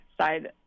side